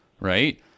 right